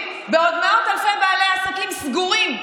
בעוד מאות אלפי בעלי עסקים סגורים קורסים,